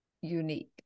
unique